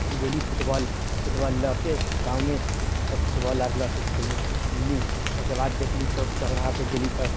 गेली football football लए के गाँवमे हमसभ फुटबॉल आर लअके खेलली फेर खेलली ओइके बाद देखली चौक चौराहापर लअके गेली तऽ